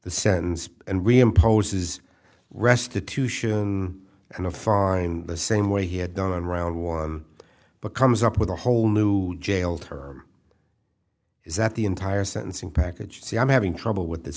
the sens and we imposes restitution and a fine the same way he had done in round one but comes up with a whole new jail term is that the entire sentencing package see i'm having trouble with th